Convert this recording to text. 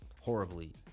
horribly